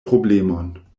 problemon